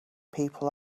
people